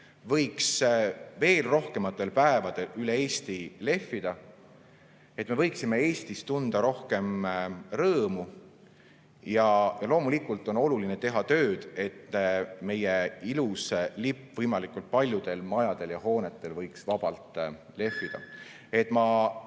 võiks veel rohkematel päevadel üle Eesti lehvida, et me võiksime Eestist tunda rohkem rõõmu. Ja loomulikult on oluline teha tööd selle nimel, et meie ilus lipp võimalikult paljudel majadel ja hoonetel võiks vabalt lehvida. Ma